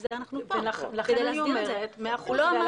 לכן אנחנו פה ולכן אני אומרת הוא לא אמר